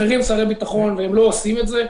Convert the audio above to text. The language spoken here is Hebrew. אחרים שרי ביטחון והם לא עושים את זה.